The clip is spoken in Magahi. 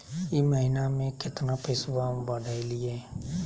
ई महीना मे कतना पैसवा बढ़लेया?